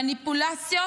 מניפולציות